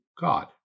God